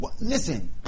Listen